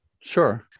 Sure